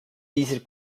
dieser